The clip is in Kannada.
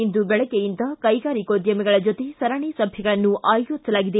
ಇಂದು ಬೆಳಗ್ಗೆಯಿಂದ ಕೈಗಾರಿಕೋದ್ಯಮಿಗಳ ಜೊತೆ ಸರಣಿ ಸಭೆಗಳನ್ನು ಆಯೋಜಿಸಲಾಗಿದೆ